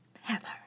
Heather